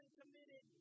committed